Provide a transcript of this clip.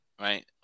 right